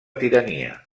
tirania